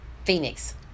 phoenix